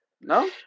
No